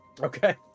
okay